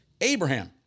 Abraham